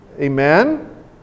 Amen